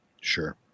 Sure